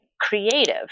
creative